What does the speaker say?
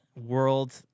world